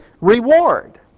reward